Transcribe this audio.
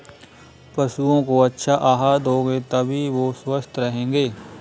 पशुओं को अच्छा आहार दोगे तभी वो स्वस्थ रहेंगे